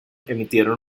emitieron